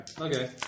Okay